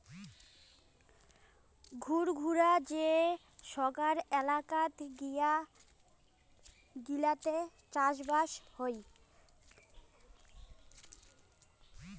ঘুরঘুরা যে সোগায় এলাকাত গিলাতে চাষবাস হই